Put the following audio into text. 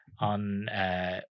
on